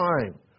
time